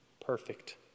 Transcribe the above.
perfect